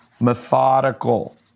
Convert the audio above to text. methodical